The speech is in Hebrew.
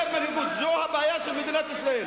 העדר מנהיגות, זו הבעיה של מדינת ישראל.